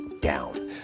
down